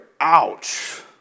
ouch